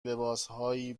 لباسهای